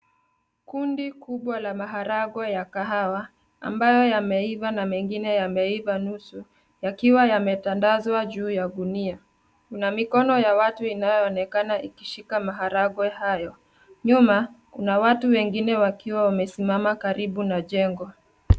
Kundi kubwa la maharagwe ya kahawa, ambayo yameiva na mengine yameiva nusu, yakiwa yametandazwa juu ya gunia. Kuna mikono ya watu inayoonekana ikishika maharagwe hayo. Nyuma, kuna watu wengine wakiwa wamesimama karibu na jengo.